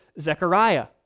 Zechariah